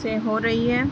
سے ہو رہی ہے